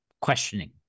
questioning